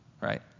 Right